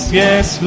yes